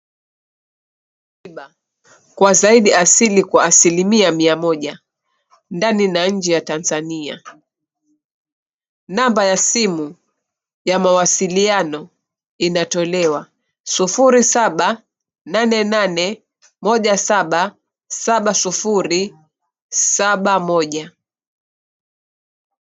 Kwa zaidi asili asilimia mia moja, ndani na nje ya Tanzania. Namba ya simu ya mawasiliano inatolewa, 0-7-8-8-1-7-7-0-7-1.